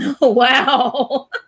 Wow